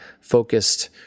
focused